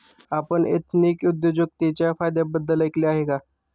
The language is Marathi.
आपण एथनिक उद्योजकतेच्या फायद्यांबद्दल ऐकले आहे का?